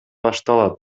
башталат